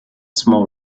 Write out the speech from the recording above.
small